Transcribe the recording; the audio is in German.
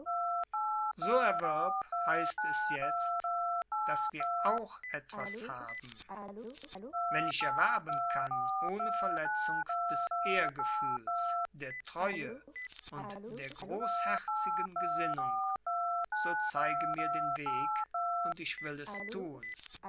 so erwirb heißt es jetzt daß wir auch etwas haben wenn ich erwerben kann ohne verletzung des ehrgefühls der treue und der großherzigen gesinnung so zeige mir den weg und ich will es thun